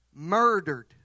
Murdered